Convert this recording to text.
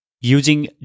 using